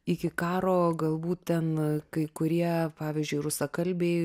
iki karo galbūt ten kai kurie pavyzdžiui rusakalbiai